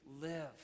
live